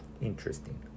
Interesting